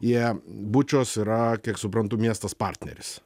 jie bučos yra kiek suprantu miestas partneris